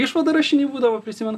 išvada rašiny būdavo prisimenu